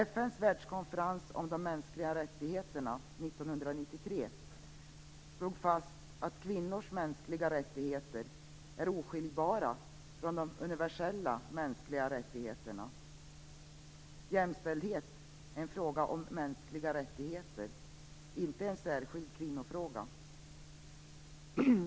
FN:s världskonferens om de mänskliga rättigheterna år 1993 slog fast att kvinnors mänskliga rättigheter är oskiljbara från de universella mänskliga rättigheterna. Jämställdhet är en fråga om mänskliga rättigheter, och inte en särskild kvinnofråga.